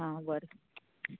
आं बरें